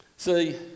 See